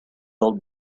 old